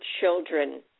children